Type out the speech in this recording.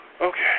Okay